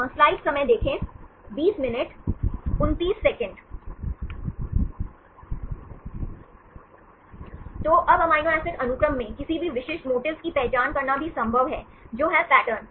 तो अब amino acid अनुक्रम में किसी भी विशिष्ट मोटिफ्स की पहचान करना भी संभव है जो है पैटर्न